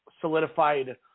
solidified